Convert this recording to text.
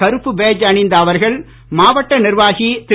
கறுப்பு பேட்ஜ் அணிந்த அவர்கள் மாவட்ட நிர்வாகி திரு